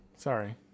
sorry